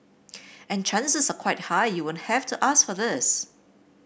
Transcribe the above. and chances are quite high you won't have to ask for this